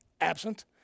absent